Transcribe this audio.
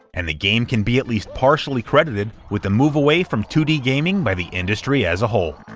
and the game can be at least partially credited with the move away from two d gaming by the industry as a whole.